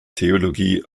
theologie